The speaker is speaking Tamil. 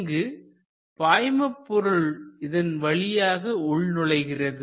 இங்கு பாய்மபொருள் இதன் வழியாக உள்நுழைகிறது